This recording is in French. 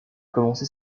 commencé